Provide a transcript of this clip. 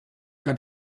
got